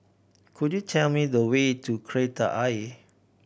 could you tell me the way to Kreta Ayer